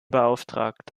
beauftragt